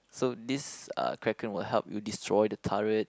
so this uh Kraken will help you destroy the turret